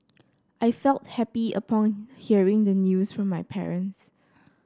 I felt happy upon hearing the news from my parents